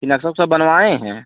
कि नक्शा ओक्सा बनवाए हैं